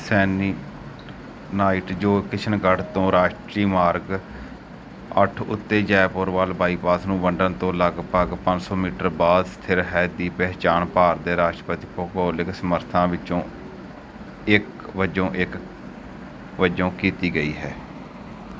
ਸੈਨੀ ਨਾਈਟ ਜੋ ਕਿਸ਼ਨਗੜ੍ਹ ਤੋਂ ਰਾਸ਼ਟਰੀ ਮਾਰਗ ਅੱਠ ਉੱਤੇ ਜੈਪੁਰ ਵੱਲ ਬਾਈਪਾਸ ਨੂੰ ਵੰਡਣ ਤੋਂ ਲਗਭਗ ਪੰਜ ਸੌ ਮੀਟਰ ਬਾਅਦ ਸਥਿਤ ਹੈ ਦੀ ਪਹਿਚਾਣ ਭਾਰਤ ਦੇ ਰਾਸ਼ਟਰਪਤੀ ਭੂਗੋਲਿਕ ਸਮਰਥਾ ਵਿੱਚੋਂ ਇੱਕ ਵਜੋਂ ਇੱਕ ਵਜੋਂ ਕੀਤੀ ਗਈ ਹੈ